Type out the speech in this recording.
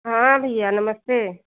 हाँ भैया नमस्ते